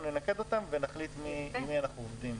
ננקד אותם ונחליט עם מי אנחנו עובדים.